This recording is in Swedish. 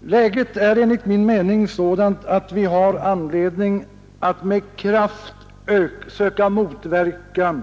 Läget är enligt min mening sådant att vi har anledning att med kraft söka motverka